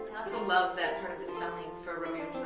so love that part of the selling for romeo